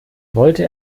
wollte